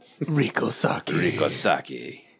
Rikosaki